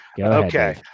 Okay